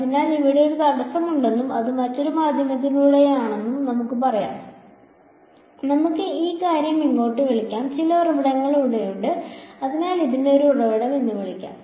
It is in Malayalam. അതിനാൽ ഇവിടെ ഒരു തടസ്സമുണ്ടെന്നും അത് മറ്റൊരു മാധ്യമത്തിനുള്ളിലാണെന്നും നമുക്ക് പറയാം നമുക്ക് ഈ കാര്യം ഇങ്ങോട്ട് വിളിക്കാം ചില ഉറവിടങ്ങൾ ഇവിടെയുണ്ട് അതിനാൽ ഇതിനെ ഒരു ഉറവിടം എന്ന് വിളിക്കാം